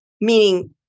meaning